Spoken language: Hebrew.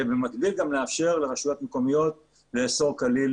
ובמקביל גם לאפשר לרשויות מקומיות לאסור כליל